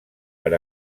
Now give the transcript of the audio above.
per